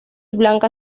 blanca